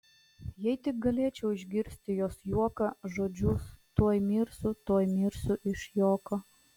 jei tik galėčiau išgirsti jos juoką žodžius tuoj mirsiu tuoj mirsiu iš juoko